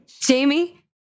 Jamie